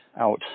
out